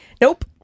Nope